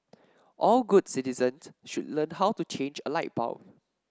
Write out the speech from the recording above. all good citizens should learn how to change a light bulb